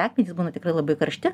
akmenys būna tikrai labai karšti